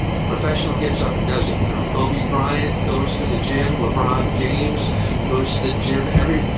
a professional gets up and does it. you know, kobe bryant goes to the gym, lebron james goes to the gym every.